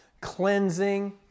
cleansing